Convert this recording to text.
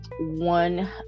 One